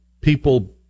people